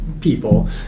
people